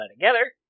together